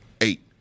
Eight